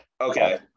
Okay